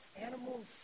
Animals